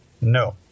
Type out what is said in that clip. No